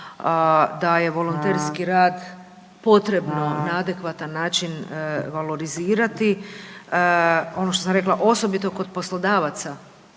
da je volonterski rad potreban na adekvatan način valorizirati, ono što sam rekla, osobito kod poslodavaca